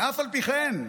ואף על פי כן,